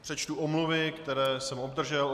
Přečtu omluvy, které jsem obdržel.